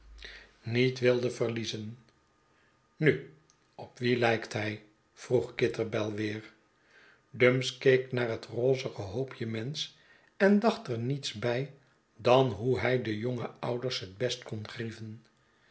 niet wilde verliezen nu op wien lykt hy vroeg kitterbell weer dumps keek naar het rozige hoopje mensch en dacht er niets bij dan hoe hij de jonge ouders het best zou grieven